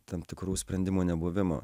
tam tikrų sprendimų nebuvimo